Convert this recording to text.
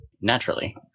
naturally